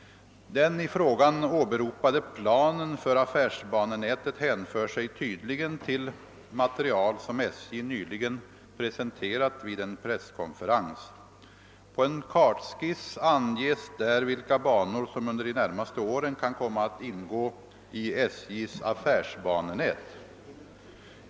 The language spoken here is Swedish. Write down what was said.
Den i frågan åberopade planen för affärsbanenätet hänför sig tydligen till material, som SJ nyliger presenterat vid en presskonferens. På en kartskiss anges där vilka banor som under de närmaste åren kan komma att ingå i SJ:s affärsbanenät.